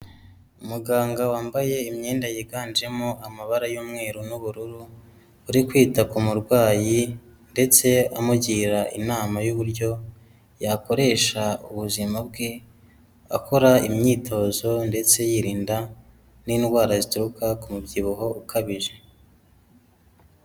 Umuganga wambaye imyenda yiganjemo amabara y'umweru n'ubururu, uri kwita ku murwayi ndetse amugira inama y'uburyo yakoresha ubuzima bwe akora imyitozo, ndetse yirinda n'indwara ziteruka ku mubyibuho ukabije.